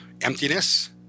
emptiness